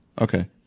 Okay